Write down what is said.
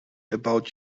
about